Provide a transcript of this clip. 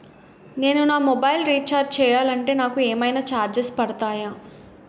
నేను నా mobile recharge చేయాలంటే నాకు ఏమైనా చార్జెస్ పడతాయా?